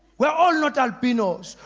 we are all not albino's,